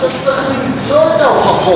מח"ש צריך למצוא את ההוכחות.